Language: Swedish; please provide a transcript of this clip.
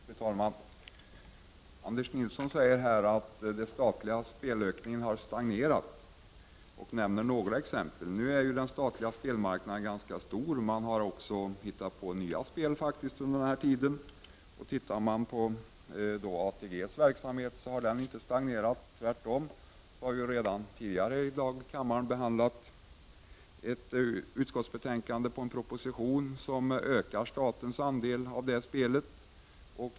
Fru talman! Anders Nilsson säger att ökningen av de statligt styrda spelen har stagnerat och nämnder några exempel på det. Nu är den statliga spelmarknaden ganska omfattnade. Man har faktiskt också hittat på nya spel under tiden. ATG:s verksamhet har inte stagnerat, tvärtom. Kammaren har tidigare i dag behandlat ett utskottsbetänkande med anledning av en proposition, och där påvisas att statens andel av det spelet ökar.